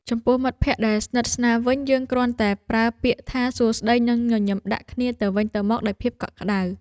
ចំពោះមិត្តភក្តិដែលស្និទ្ធស្នាលវិញ យើងគ្រាន់តែប្រើពាក្យថាសួស្ដីនិងញញឹមដាក់គ្នាទៅវិញទៅមកដោយភាពកក់ក្តៅ។